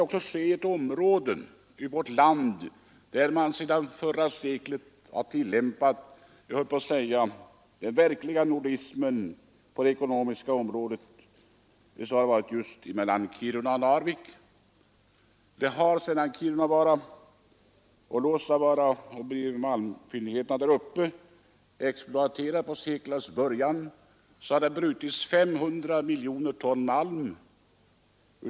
Och då har dock ända sedan förra seklet den verkliga nordismen på det ekonomiska området tillämpats just mellan Kiruna och Narvik. Sedan malmfyndigheterna i Kirunavaara-Luossavaara exploaterades vid seklets början har där brutits 500 miljoner ton malm.